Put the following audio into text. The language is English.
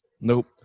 Nope